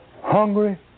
hungry